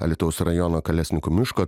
alytaus rajono kalesninkų miško